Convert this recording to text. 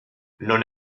non